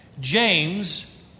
James